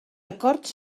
acords